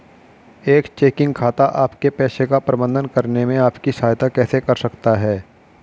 एक चेकिंग खाता आपके पैसे का प्रबंधन करने में आपकी सहायता कैसे कर सकता है?